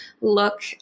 look